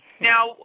Now